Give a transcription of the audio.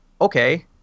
okay